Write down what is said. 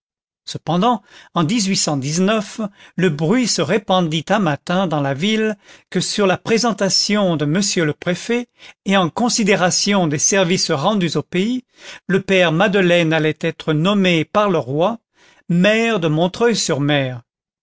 cependant en le bruit se répandit un matin dans la ville que sur la présentation de m le préfet et en considération des services rendus au pays le père madeleine allait être nommé par le roi maire de montreuil sur mer